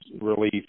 relief